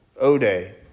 ode